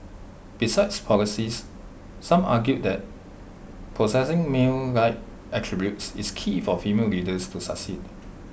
besides policies some argue that possessing male like attributes is key for female leaders to succeed